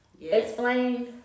Explain